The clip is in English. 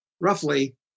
roughly